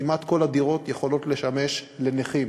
כמעט כל הדירות יכולות לשמש לנכים.